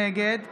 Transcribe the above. נגד